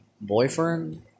boyfriend